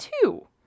two